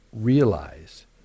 realize